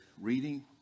reading